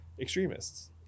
extremists